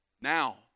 Now